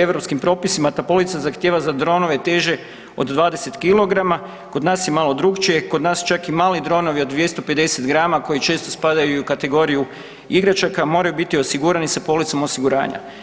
europskim propisima ta polica zahtijeva za dronove teže od 20 kg, kod nas je malo drukčije, kod nas čak i mali dronovi od 250 g koji često spadaju u kategoriju igračaka, moraju biti osigurani sa policama osiguranja.